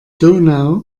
donau